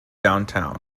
downtown